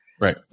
Right